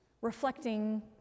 reflecting